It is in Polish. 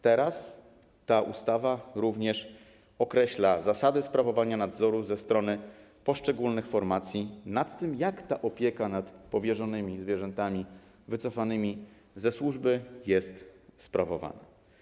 Teraz ta ustawa określa również zasady sprawowania nadzoru ze strony poszczególnych formacji nad tym, jak ta opieka nad powierzonymi zwierzętami wycofanymi ze służby jest sprawowana.